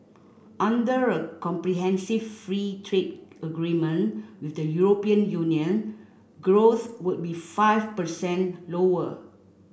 under a comprehensive free trade agreement with the European Union growth would be five percent lower